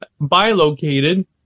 bilocated